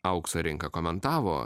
aukso rinką komentavo